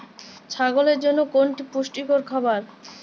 ছাগলের জন্য কোনটি পুষ্টিকর খাবার?